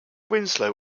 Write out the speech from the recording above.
winslow